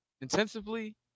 intensively